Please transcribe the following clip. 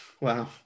wow